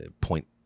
point